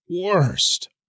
worst